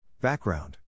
Background